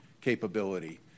capability